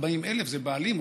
40,000 זה בעלים,